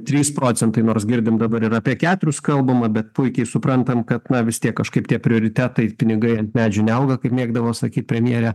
trys procentai nors girdim dabar yra apie keturis kalbama bet puikiai suprantam kad na vis tiek kažkaip tie prioritetai pinigai ant medžių neauga kaip mėgdavo sakyt premjerė